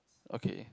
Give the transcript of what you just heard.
okay